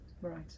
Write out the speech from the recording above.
right